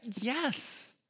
yes